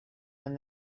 and